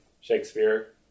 Shakespeare